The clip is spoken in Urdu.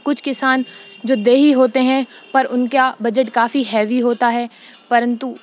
کچھ کسان جو دیہی ہوتے ہیں پر ان کا بجٹ کافی ہیوی ہوتا ہے پرنتو